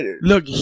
Look